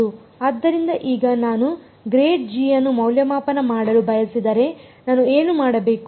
ಆದ್ದರಿಂದ ಈಗ ನಾನು ಅನ್ನು ಮೌಲ್ಯಮಾಪನ ಮಾಡಲು ಬಯಸಿದರೆ ನಾನು ಏನು ಮಾಡಬೇಕು